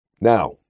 Now